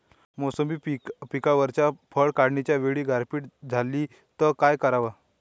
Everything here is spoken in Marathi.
मोसंबी पिकावरच्या फळं काढनीच्या वेळी गारपीट झाली त काय कराव?